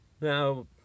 Now